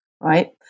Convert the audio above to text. right